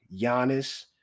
Giannis